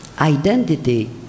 identity